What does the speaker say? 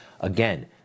Again